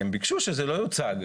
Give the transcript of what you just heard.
הם ביקשו שזה לא יוצג.